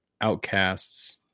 outcasts